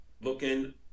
looking